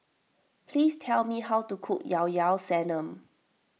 please tell me how to cook Llao Llao Sanum